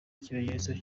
ikimenyetso